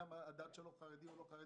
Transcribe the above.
גם מן הבחינה של חרדי או לא חרדי,